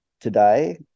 today